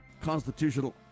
constitutional